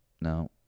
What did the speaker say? No